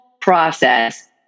process